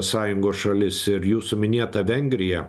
sąjungos šalis ir jūsų minėtą vengriją